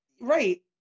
Right